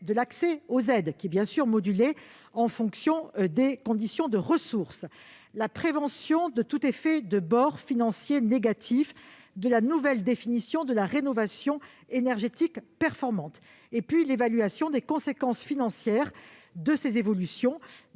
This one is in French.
de l'accès aux aides, modulées en fonction des conditions de ressources, à la prévention de tout effet de bord financier négatif de la nouvelle définition de la rénovation énergétique performante et, enfin, à l'évaluation des conséquences financières de ces évolutions